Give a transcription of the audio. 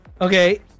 Okay